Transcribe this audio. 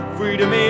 freedom